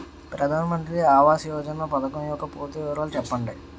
ప్రధాన మంత్రి ఆవాస్ యోజన పథకం యెక్క పూర్తి వివరాలు చెప్పండి?